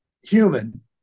human